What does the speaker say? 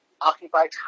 occupied